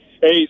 Hey